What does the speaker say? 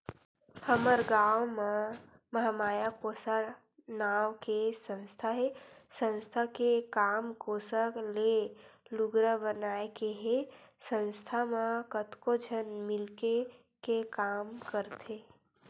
हमर गाँव म महामाया कोसा नांव के संस्था हे संस्था के काम कोसा ले लुगरा बनाए के हे संस्था म कतको झन मिलके के काम करथे